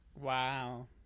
wow